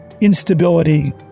Instability